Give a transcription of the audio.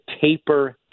taper